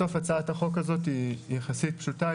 הצעת החוק הזאת היא יחסית פשוטה.